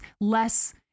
less